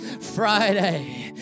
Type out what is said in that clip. Friday